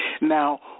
Now